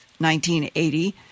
1980